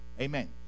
amen